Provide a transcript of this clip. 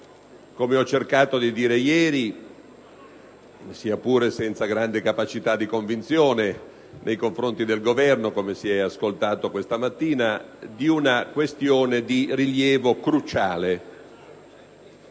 come ho cercato di spiegare ieri, sia pure senza grande capacità di convinzione nei confronti del Governo, come si è ascoltato questa mattina - di una questione di rilievo cruciale.